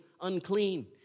unclean